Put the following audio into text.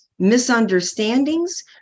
Misunderstandings